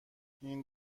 این